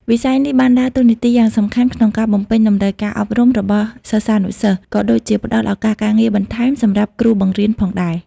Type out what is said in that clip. វិស័យនេះបានដើរតួនាទីយ៉ាងសំខាន់ក្នុងការបំពេញតម្រូវការអប់រំរបស់សិស្សានុសិស្ស ក៏ដូចជាផ្តល់ឱកាសការងារបន្ថែមសម្រាប់គ្រូបង្រៀនផងដែរ។